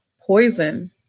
poison